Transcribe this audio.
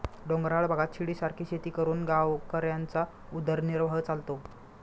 डोंगराळ भागात शिडीसारखी शेती करून गावकऱ्यांचा उदरनिर्वाह चालतो